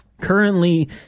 currently